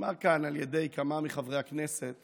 נאמר כאן על ידי כמה מחברי הכנסת